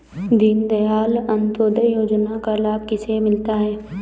दीनदयाल अंत्योदय योजना का लाभ किसे मिलता है?